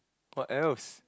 what else